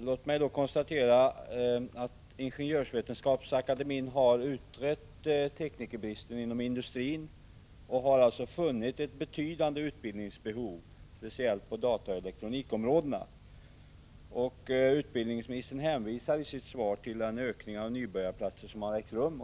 Låt mig konstatera att Ingenjörsvetenskapsakademien har utrett teknikerbristen inom industrin och funnit att det föreligger ett betydande utbildningsbehov speciellt inom dataoch elektronikområdena. Utbildningsministern hänvisar i sitt svar till den ökning av antalet nybörjarplatser som har ägt rum.